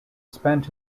spent